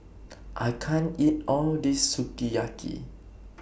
I can't eat All This Sukiyaki